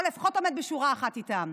או לפחות עומדת בשורה אחת איתם.